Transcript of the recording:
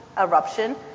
eruption